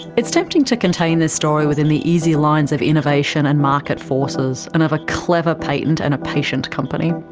it's tempting to contain this story within the easy lines of innovation and market forces, and of a clever patent and a patient company.